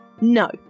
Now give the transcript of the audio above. No